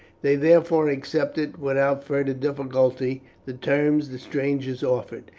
they therefore accepted, without further difficulty, the terms the strangers offered.